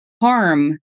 harm